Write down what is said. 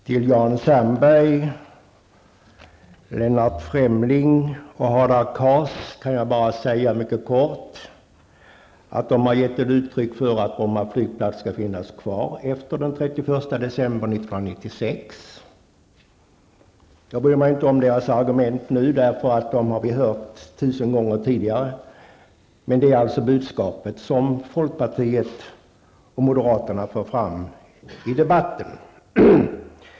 Fru talman! Till Jan Sandberg, Lennart Fremling och Hadar Cars vill jag kort säga att de har gett uttryck för att Bromma flygplats skall finnas kvar efter den 31 december 1996. Jag bryr mig nu inte om deras argument, eftersom vi har hört dem tusen gånger tidigare. Men detta är budskapet som folkpartiet och moderaterna för fram i debatten.